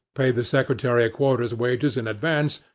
paid the secretary a quarter's wages in advance,